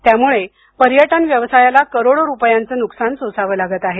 त्यामुळे पर्यटन व्यवसायाला करोडो रुपयांचं नुकसान सोसावं लागत आहे